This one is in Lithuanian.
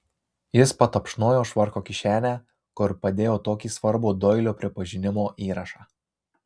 jis patapšnojo švarko kišenę kur padėjo tokį svarbų doilio prisipažinimo įrašą